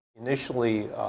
Initially